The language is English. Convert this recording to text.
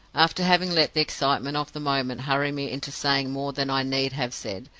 after having let the excitement of the moment hurry me into saying more than i need have said,